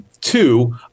Two